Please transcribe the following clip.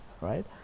right